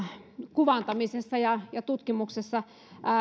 kuvantamisessa ja ja tutkimuksessa